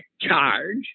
charge